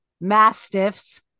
Mastiffs